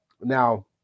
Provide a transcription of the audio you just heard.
Now